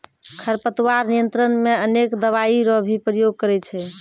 खरपतवार नियंत्रण मे अनेक दवाई रो भी प्रयोग करे छै